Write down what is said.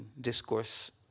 discourse